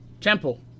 temple